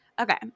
Okay